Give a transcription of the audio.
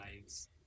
lives